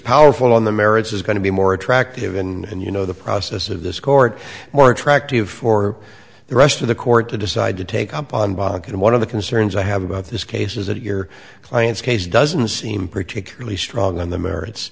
powerful on the merits is going to be more attractive and you know the process of this court more attractive for the rest of the court to decide to take up on bach and one of the concerns i have about this case is that your client's case doesn't seem particularly strong on the merits